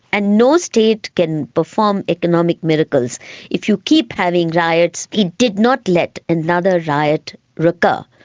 and no state can perform economic miracles if you keep having riots. he did not let another riot recur.